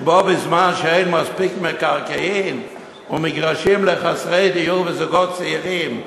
שבו בזמן שאין מספיק מקרקעין ומגרשים לחסרי דיור וזוגות צעירים,